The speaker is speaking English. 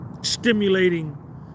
stimulating